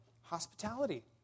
hospitality